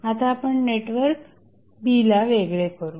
आता आपण network B ला वेगळे करू